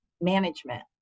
management